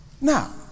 Now